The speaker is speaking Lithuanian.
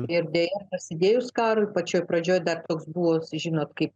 ir deja prasidėjus karui pačioj pradžioj dar toks buvo žinot kaip